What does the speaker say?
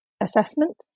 assessment